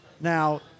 Now